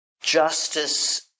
justice